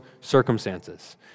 circumstances